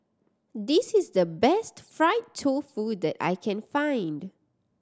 this is the best fried tofu that I can find